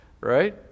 right